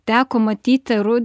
teko matyti ru